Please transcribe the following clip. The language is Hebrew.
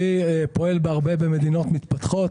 פועל הרבה במדינות מתפתחות.